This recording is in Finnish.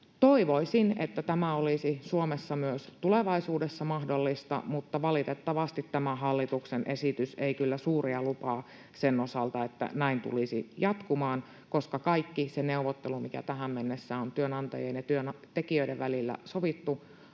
Toivoisin, että tämä olisi Suomessa myös tulevaisuudessa mahdollista, mutta valitettavasti tämä hallituksen esitys ei kyllä suuria lupaa sen osalta, että näin tulisi jatkumaan. Kaikki se neuvottelu, mikä tähän mennessä on työnantajien ja työntekijöiden välillä sovittu,